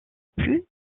plus